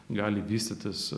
gali vystytis